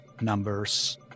numbers